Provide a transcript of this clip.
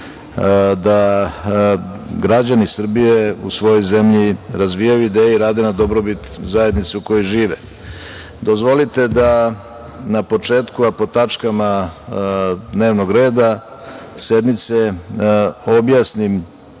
da građani Srbije u svojoj zemlji razvijaju ideje i rade na dobrobit zajednice u kojoj žive. Dozvolite da na početku, a po tačkama dnevnog reda sednice, objasnim